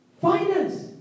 Finance